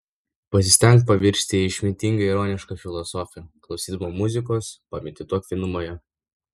pasistenk pavirsti į išmintingą ironišką filosofę klausydama muzikos pamedituok vienumoje